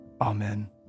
Amen